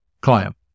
client